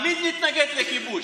חבר, תמיד נתנגד לכיבוש.